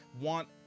want